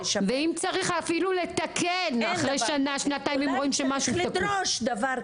ואם צריך אפילו לתקן אחרי שנה שנתיים אם רואים שמשהו לא עובד.